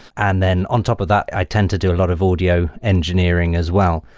and then on top of that, i tend to do a lot of audio engineering as well,